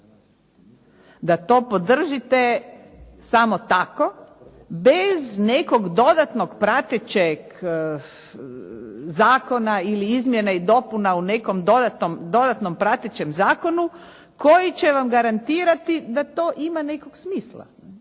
Da to podržite samo tako bez nekog dodatnog pratećeg zakona ili izmjene i dopuna u nekom dodatnom pratećem zakonu koji će vam garantirati da to ima nekog smisla.